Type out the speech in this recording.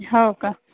हो का